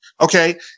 okay